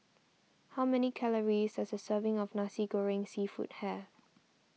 how many calories does a serving of Nasi Goreng Seafood have